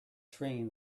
train